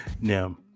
Now